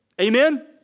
Amen